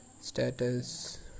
status